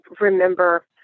remember